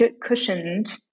cushioned